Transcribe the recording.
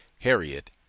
Harriet